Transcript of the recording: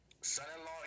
son-in-law